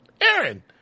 Aaron